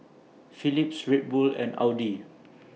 Philips Red Bull and Audi